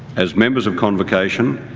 as members of convocation,